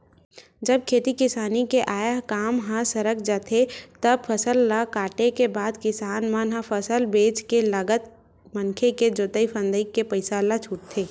जब खेती किसानी के आय काम ह सरक जाथे तब फसल ल काटे के बाद किसान मन ह फसल बेंच के लगत मनके के जोंतई फंदई के पइसा ल छूटथे